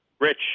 Rich